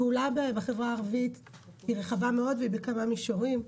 הפעולה בחברה הערבית היא רחבה מאוד והיא בכמה מישורים.